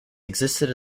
existed